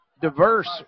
diverse